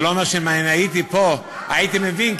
זה לא אומר שאם הייתי פה הייתי מבין,